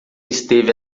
esteve